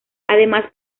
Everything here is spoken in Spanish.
además